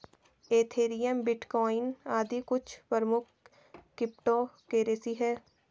Ethereum, bitcoin आदि कुछ प्रमुख क्रिप्टो करेंसी है